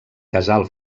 casal